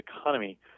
economy